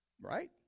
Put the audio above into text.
right